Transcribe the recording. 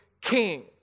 king